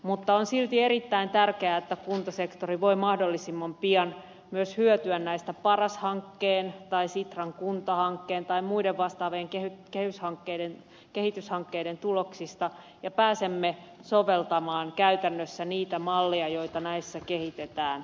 mutta on silti erittäin tärkeää että kuntasektori voi mahdollisimman pian myös hyötyä näistä paras hankkeen tai sitran kuntahankkeen tai muiden vastaavien kehityshankkeiden tuloksista ja pääsemme soveltamaan käytännössä niitä malleja joita näissä kehitetään